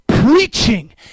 Preaching